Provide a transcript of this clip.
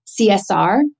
CSR